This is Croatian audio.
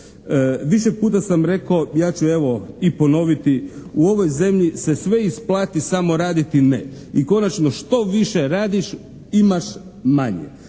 Više puta sam rekao, ja ću evo i ponoviti: u ovoj zemlji se sve isplati samo raditi ne. I konačno što više radiš imaš manje.